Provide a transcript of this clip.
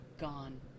gone